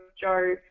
Joe